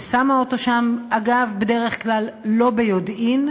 ששמה אותו שם, אגב, בדרך כלל לא ביודעין,